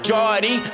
Jordy